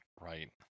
right